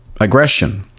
aggression